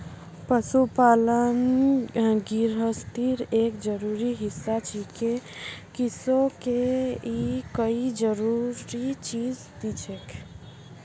पशुपालन गिरहस्तीर एक जरूरी हिस्सा छिके किसअ के ई कई जरूरी चीज दिछेक